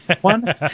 one